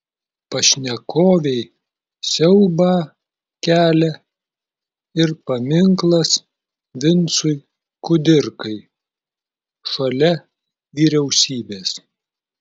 pašnekovei siaubą kelia ir paminklas vincui kudirkai šalia vyriausybės